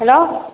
hello